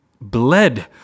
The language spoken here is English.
bled